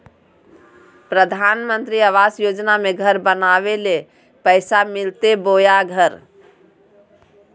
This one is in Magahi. प्रधानमंत्री आवास योजना में घर बनावे ले पैसा मिलते बोया घर?